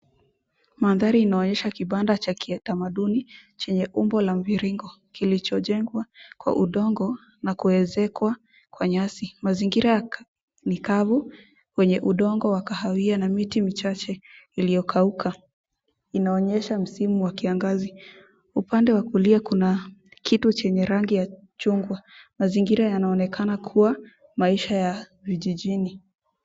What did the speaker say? Mandhari inaonyesha kibanda cha kitamaduni chenye omba la mviringo kilichojengwa kwa udongo na kuekezwa kwa nyasi, mazingira ni kavu yenye udongo wa kahawia na miti michache iliyokauka, inaonyesha msimu wa kiangazi, upande wa kulia kuna kitu chenye rangi ya chungwa, mazingira inaonekana kuwa maisha ya kijijini.